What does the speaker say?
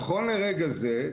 נכון לרגע זה,